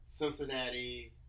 Cincinnati